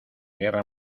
guerra